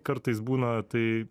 kartais būna tai